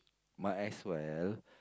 might as well